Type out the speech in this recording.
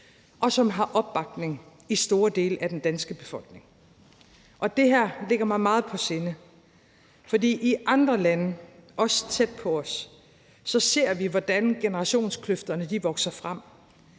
og som har opbakning i store dele af den danske befolkning. Det her ligger mig meget på sinde, for i andre lande, også tæt på os, ser vi, hvordan generationskløfterne vokser frem,